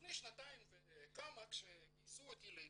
לפני שנתיים וכמה, כשגייסו אותי לעיתון,